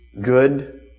good